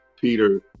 Peter